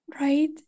right